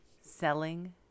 selling